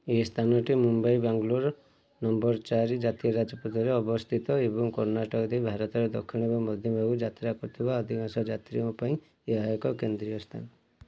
ଏହି ସ୍ଥାନଟି ମୁମ୍ବାଇ ବେଙ୍ଗାଲୁରୁ ନମ୍ବର୍ ଚାରି ଜାତୀୟ ରାଜପଥରେ ଅବସ୍ଥିତ ଏବଂ କର୍ଣ୍ଣାଟକ ଦେଇ ଭାରତର ଦକ୍ଷିଣ ଏବଂ ମଧ୍ୟଭାଗକୁ ଯାତ୍ରା କରୁଥିବା ଅଧିକାଂଶ ଯାତ୍ରୀଙ୍କ ପାଇଁ ଏହା ଏକ କେନ୍ଦ୍ରୀୟ ସ୍ଥାନ